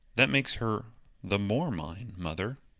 that makes her the more mine, mother.